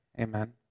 Amen